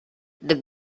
the